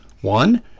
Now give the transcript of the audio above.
One